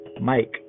mike